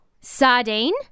sardine